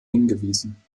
hingewiesen